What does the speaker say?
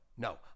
No